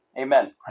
Amen